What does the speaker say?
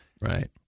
Right